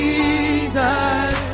Jesus